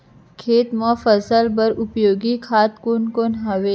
खेत म फसल बर उपयोगी खाद कोन कोन हरय?